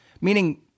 meaning